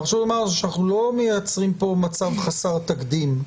אבל חשוב לומר שאנחנו לא מייצרים פה מצב חסר תקדים,